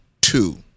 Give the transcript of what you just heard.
two